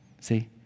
See